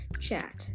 chat